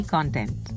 Content